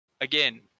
again